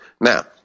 Now